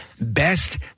best